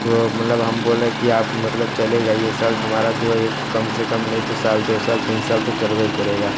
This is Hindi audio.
तो मतलब हम बोलें कि आप मतलब चलेगा ये सल्ट हमारा जो है ये कम से कम नहीं तो साल दो साल तीन साल तो चलता ही करेगा